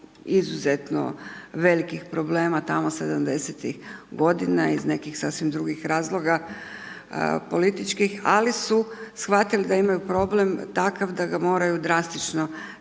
izuzetno veliki problema tamo '70.-tih godina iz nekih sasvim drugih razloga političkih ali su shvatili da imaju problem takav da ga moraju drastično